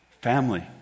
Family